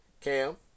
Cam